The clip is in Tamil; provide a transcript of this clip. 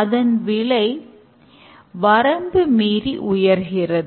அதன் விலை வரம்புமீறி உயர்கிறது